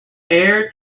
air